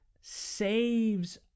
saves